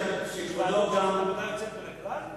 שעשו עבודות יוצאות מן הכלל,